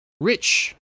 rich